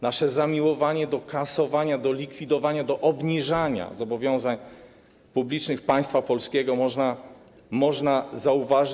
Nasze zamiłowanie do kasowania, do likwidowania, do obniżania zobowiązań publicznych państwa polskiego można zauważyć.